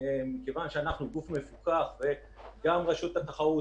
מכיוון שאנחנו גוף מפוקח וגם רשות התחרות